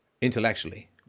intellectually